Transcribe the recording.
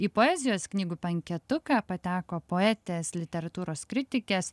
į poezijos knygų penketuką pateko poetės literatūros kritikės